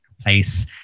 place